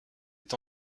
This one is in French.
est